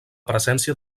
presència